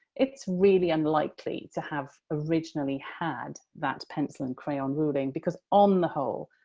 it's really unlikely to have originally had that pencil and crayon ruling. because on the whole,